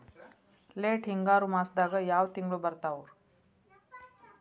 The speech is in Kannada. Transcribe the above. ಲೇಟ್ ಹಿಂಗಾರು ಮಾಸದಾಗ ಯಾವ್ ತಿಂಗ್ಳು ಬರ್ತಾವು?